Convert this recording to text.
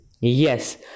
yes